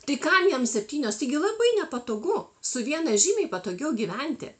tai kam jam septynios taigi labai nepatogu su viena žymiai patogiau gyventi